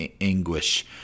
anguish